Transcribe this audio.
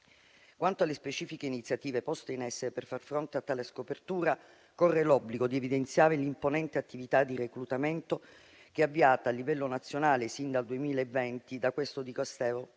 Quanto alle specifiche iniziative poste in essere per far fronte a tale scopertura, corre l'obbligo di evidenziare l'imponente attività di reclutamento che è avviata a livello nazionale sin dal 2020 da questo Dicastero,